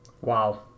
Wow